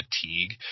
fatigue